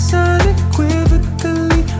unequivocally